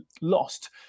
lost